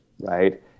right